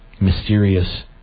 mysterious